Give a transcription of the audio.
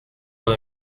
dans